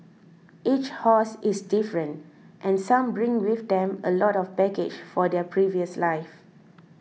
each horse is different and some bring with them a lot of baggage for their previous lives